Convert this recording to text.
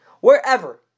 wherever